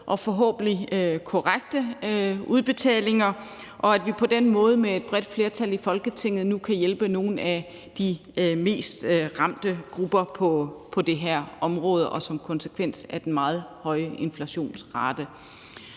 er forhåbentlig korrekte udbetalinger – og at vi på den måde med et bredt flertal i Folketinget nu kan hjælpe nogle af de mest ramte grupper på det her område som konsekvens af den meget høje inflationsrate.